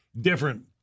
different